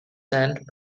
sand